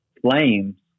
flames